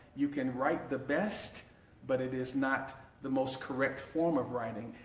you can write the best but it is not the most correct form of writing.